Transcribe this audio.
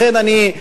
לכן אני,